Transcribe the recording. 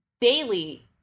daily